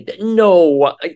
no